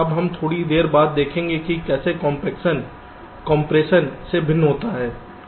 अब हम थोड़ी देर बाद देखेंगे कि कैसे कॉम्पेक्शन कंप्रेशन से भिन्न होता है